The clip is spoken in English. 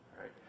Right